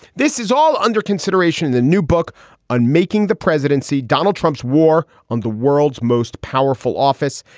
this is all under consideration in the new book on making the presidency. donald trump's war on the world's most powerful office.